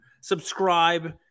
Subscribe